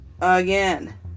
Again